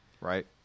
Right